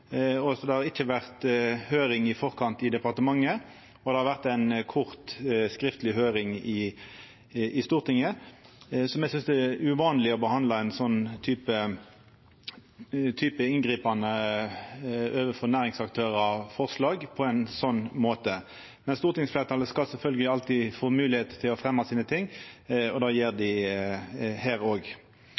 så det har ikkje vore høyring i forkant i departementet, og det har vore ei kort skriftleg høyring i Stortinget. Eg synest det er uvanleg å behandla eit forslag som er så inngripande for næringsaktørar, på ein sånn måte. Men stortingsfleirtalet skal sjølvsagt alltid få moglegheit til å fremja sine ting, og det gjer dei her òg. Me forstår veldig godt at det er utfordringar med elsparkesyklar som ligg strødde og